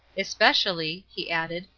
especially, he added,